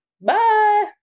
bye